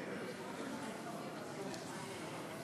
קודם כול,